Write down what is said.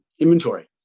inventory